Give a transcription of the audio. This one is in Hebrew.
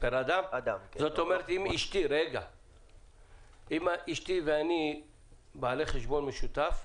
זאת אומרת, אם אשתי ואני בעלי חשבון משותף,